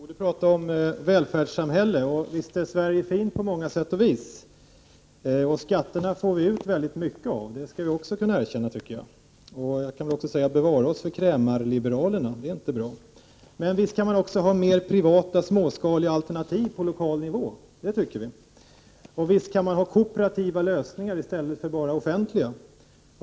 Herr talman! Bo Lundgren talade om välfärdssamhälle. Visst är Sverige fint på många sätt och vis. Och skatterna får vi ut väldigt mycket av, det skall vi också kunna erkänna. Men bevare oss för krämarliberalerna, för sådant är inte bra. Visst kan man ha flera privata småskaliga alternativ på lokal nivå, tycker vi. Och visst kan man ha kooperativa lösningar i stället för bara offentliga.